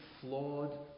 flawed